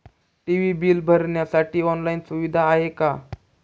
TV bill भरण्यासाठी online सुविधा आहे का?